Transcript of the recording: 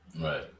Right